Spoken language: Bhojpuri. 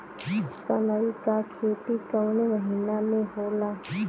सनई का खेती कवने महीना में होला?